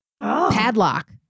Padlock